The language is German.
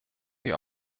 wir